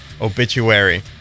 Obituary